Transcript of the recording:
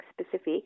specific